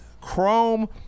Chrome